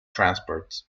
transport